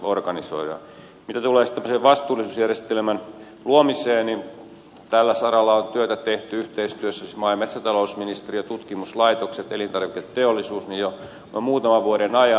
mitä tulee sitten tämmöisen vastuullisuusjärjestelmän luomiseen niin tällä saralla on työtä tehty yhteistyössä siis maa ja metsätalousministeriö tutkimuslaitokset elintarviketeollisuus jo muutaman vuoden ajan